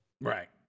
Right